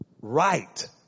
right